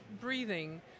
breathing